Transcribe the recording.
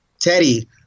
Teddy